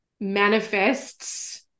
manifests